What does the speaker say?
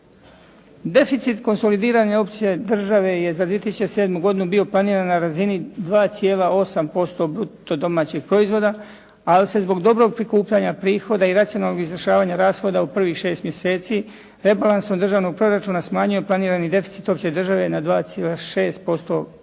Deficit konsolidirane opće države je za 2007. godinu bio planiran na razini 2,8% bruto domaćeg proizvoda, ali se zbog dobrog prikupljanja prihoda i racionalnog izvršavanja rashoda u prvih šest mjeseci rebalansom državnog proračuna smanjio planirani deficit opće države na 2,6%